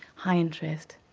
high interest.